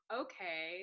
okay